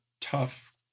tough